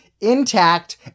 intact